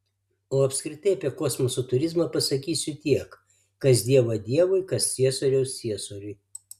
o apskritai apie kosmoso turizmą pasakysiu tiek kas dievo dievui kas ciesoriaus ciesoriui